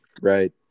right